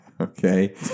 Okay